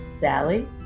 Sally